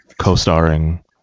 co-starring